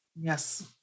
Yes